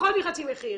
פחות מחצי מחיר.